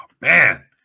Man